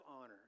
honor